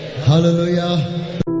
Hallelujah